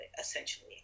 essentially